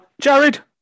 Jared